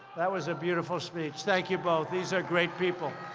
that was a beautiful speech. thank you both. these are great people,